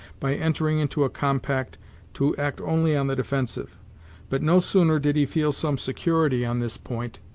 by entering into a compact to act only on the defensive but no sooner did he feel some security on this point,